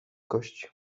gości